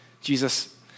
Jesus